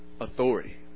authority